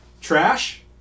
Trash